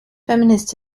feminist